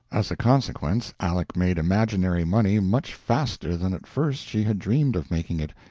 as a consequence, aleck made imaginary money much faster than at first she had dreamed of making it,